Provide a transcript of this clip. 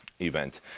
event